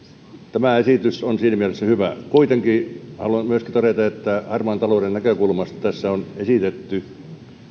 tämä esitys on siinä mielessä hyvä kuitenkin haluan myöskin todeta että harmaan talouden näkökulmasta tässä on myöskin esitetty